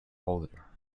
holder